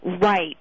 right